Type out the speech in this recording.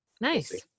nice